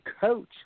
coach